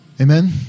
Amen